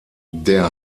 der